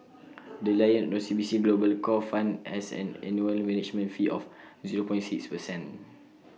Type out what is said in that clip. the lion O C B C global core fund has an annual management fee of zero point six percent